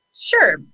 sure